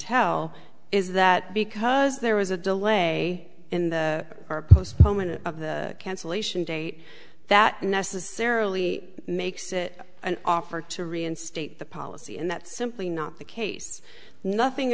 tell is that because there was a delay in the postponement of the cancellation date that necessarily makes it an offer to reinstate the policy and that's simply not the case nothing